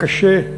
קשה.